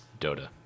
Dota